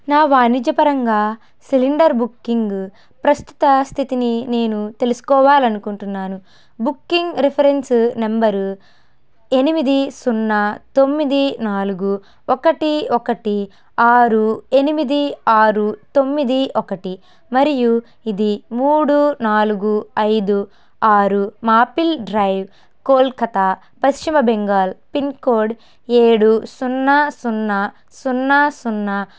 నా వాణిజ్యపరంగా cylinder booking ప్రస్తుత స్థితిని నేను తెలుసుకోవాలనుకుంటున్నాను బుకింగ్ రిఫరెన్స్ నంబరు ఎనిమిది సున్నా తొమ్మిది నాలుగు ఒకటి ఒకటి ఆరు ఎనిమిది ఆరు తొమ్మిది ఒకటి మరియు ఇది మూడు నాలుగు ఐదు ఆరు మాపిల్ డ్రైవ్ కోల్కతా పశ్చిమ బెంగాల్ పిన్కోడ్ ఏడు సున్నా సున్నా సున్నా సున్నా